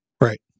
Right